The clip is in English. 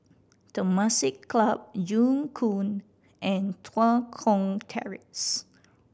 Temasek Club Joo Koon and Tua Kong Terrace